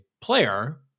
player